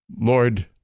Lord